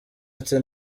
ati